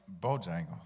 Bojangles